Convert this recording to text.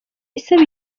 isaba